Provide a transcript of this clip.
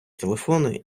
телефони